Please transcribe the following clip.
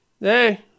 Hey